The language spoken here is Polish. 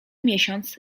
miesiąc